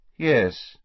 Yes